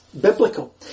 biblical